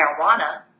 marijuana